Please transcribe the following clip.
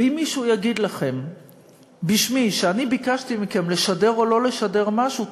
ואם מישהו יגיד לכם בשמי שאני ביקשתי מכם לשדר או לא לשדר משהו,